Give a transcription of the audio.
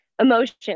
emotions